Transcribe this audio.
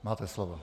Máte slovo.